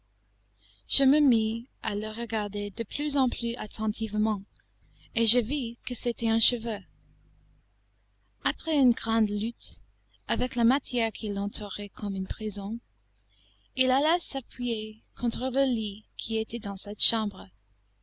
je me mis à le regarder de plus en plus attentivement et je vis que c'était un cheveu après une grande lutte avec la matière qui l'entourait comme une prison il alla s'appuyer contre le lit qui était dans cette chambre